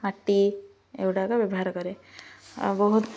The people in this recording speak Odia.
ମାଟି ଏଗୁଡ଼ାକ ବ୍ୟବହାର କରେ ଆଉ ବହୁତ